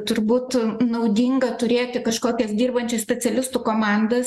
turbūt naudinga turėti kažkokias dirbančių specialistų komandas